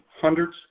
hundreds